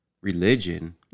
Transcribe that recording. religion